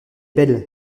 belle